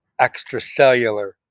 extracellular